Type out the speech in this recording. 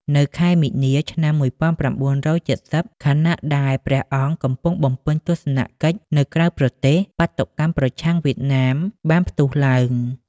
នៅខែមីនា ឆ្នាំ ១៩៧០ ខណៈដែលព្រះអង្គកំពុងបំពេញទស្សនកិច្ចនៅក្រៅប្រទេស បាតុកម្មប្រឆាំងវៀតណាមបានផ្ទុះឡើង។